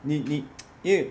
你你 因为